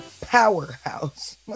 powerhouse